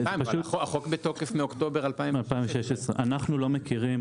החוק בתוקף מאוקטובר 2016. אנחנו לא מכירים.